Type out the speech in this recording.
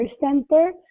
center